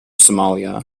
somalia